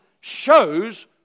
shows